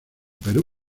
perú